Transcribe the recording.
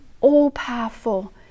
all-powerful